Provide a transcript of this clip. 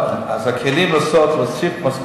אתה יכול ליצור כלים,